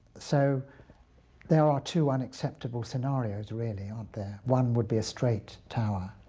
so there are two unacceptable scenarios really, aren't there? one would be a straight tower